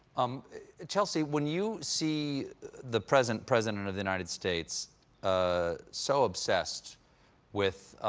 um chelsea, when you see the president president of the united states ah so obsessed with